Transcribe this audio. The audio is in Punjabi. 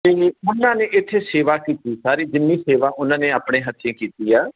ਅਤੇ ਉਹਨਾ ਨੇ ਇੱਥੇ ਸੇਵਾ ਕੀਤੀ ਸਾਰੀ ਜਿੰਨੀ ਸੇਵਾ ਉਹਨਾ ਨੇ ਆਪਣੇ ਹੱਥੀ ਕੀਤੀ ਆ